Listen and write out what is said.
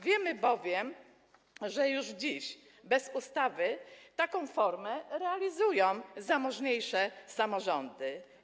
Wiemy bowiem, że już dziś, bez ustawy, taką formę realizują zamożniejsze samorządy.